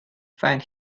find